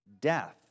death